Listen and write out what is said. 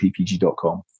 ppg.com